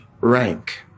rank